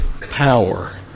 power